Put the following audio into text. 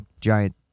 giant